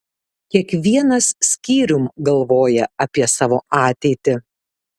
kiekvienas skyrium galvoja apie savo ateitį